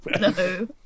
No